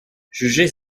jugez